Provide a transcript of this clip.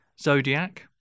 Zodiac